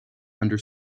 under